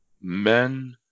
Men